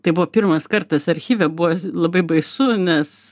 tai buvo pirmas kartas archyve buvo labai baisu nes